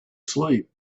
sleep